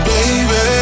Baby